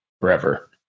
forever